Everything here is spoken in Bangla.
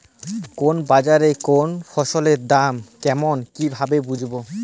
কোন বাজারে কোন ফসলের দাম কেমন কি ভাবে বুঝব?